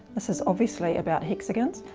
this is obviously about hexagons.